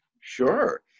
Sure